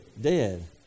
Dead